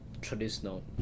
traditional